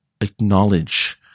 acknowledge